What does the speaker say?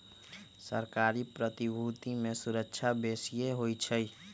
सरकारी प्रतिभूति में सूरक्षा बेशिए होइ छइ